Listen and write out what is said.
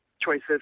choices